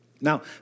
Now